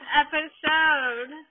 episode